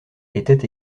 était